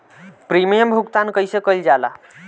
Premium भुगतान कइसे कइल जाला?